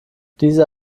diese